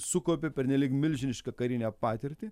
sukaupė pernelyg milžinišką karinę patirtį